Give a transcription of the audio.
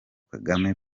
kagame